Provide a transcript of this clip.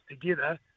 together